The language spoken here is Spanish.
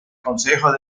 consejo